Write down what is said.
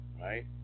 right